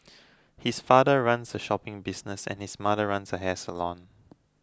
his father runs a shopping business and his mother runs a hair salon